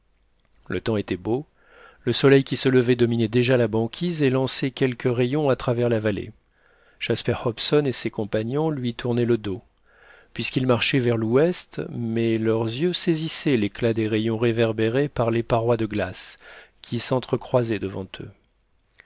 le temps était beau le soleil qui se levait dominait déjà la banquise et lançait quelques rayons à travers la vallée jasper hobson et ses compagnons lui tournaient le dos puisqu'ils marchaient vers l'ouest mais leurs yeux saisissaient l'éclat des rayons réverbérés par les parois de glace qui s'entrecroisaient devant eux